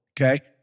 okay